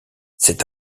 c’est